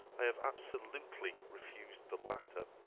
i have absolutely refused the latter,